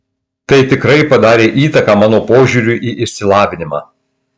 tai tikrai padarė įtaką mano požiūriui į išsilavinimą